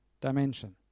dimension